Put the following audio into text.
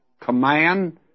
command